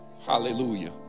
Hallelujah